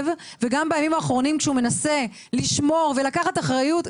וגם בימים האחרונים כשהוא מנסה לשמור ולקחת אחריות,